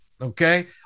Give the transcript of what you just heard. okay